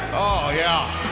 ah yeah